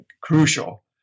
crucial